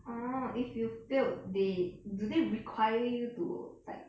orh if you failed they do they require you to like